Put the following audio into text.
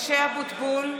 משה אבוטבול,